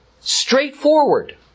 straightforward